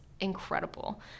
incredible